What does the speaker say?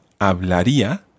hablaría